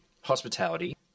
hospitality